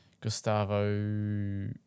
Gustavo